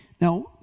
Now